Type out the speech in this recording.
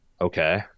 Okay